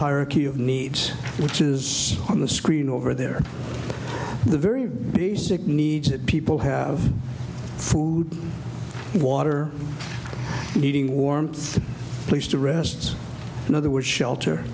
hierarchy of needs which is on the screen over there the very basic needs that people have food water heating warmth place to rest in other words shelter